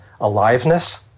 aliveness